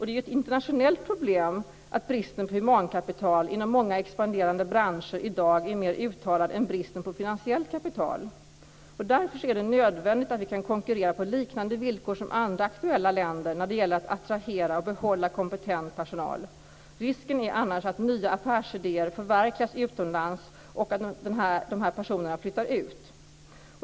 Det är ett internationellt problem att bristen på humankapital inom många expanderande branscher i dag är mer uttalad än bristen på finansiellt kapital. Därför är det nödvändigt att vi kan konkurrera på liknande villkor som andra aktuella länder när det gäller att attrahera och behålla kompetent personal. Risken är annars att nya affärsidéer förverkligas utomlands och att personerna flyttar ut.